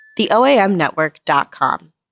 theoamnetwork.com